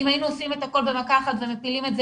אם היינו עושים את הכול במכה אחת ומפילים את זה,